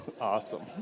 awesome